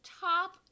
top